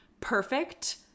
perfect